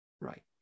right